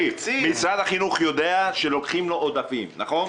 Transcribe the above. משרד החינוך יודע שלוקחים לו עודפים, נכון?